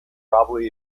probably